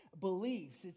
beliefs